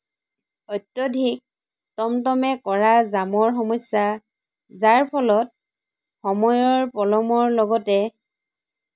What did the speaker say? অত্যাধিক টমটমে কৰা জামৰ সমস্যা যযৰ ফলত সময়ৰ পলমৰ লগতে